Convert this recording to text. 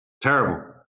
terrible